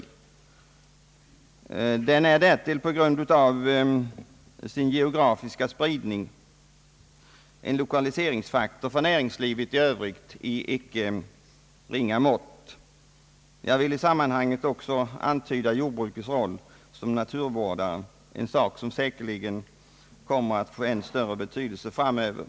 Jordbruket är därtill på grund av sin geografiska spridning en lokaliseringsfaktor för näringslivet i övrigt av icke ringa mått. Jag vill i sammanhanget också antyda jordbrukets roll som naturvårdare, något som säkerligen kommer att få ännu större betydelse framöver.